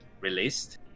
released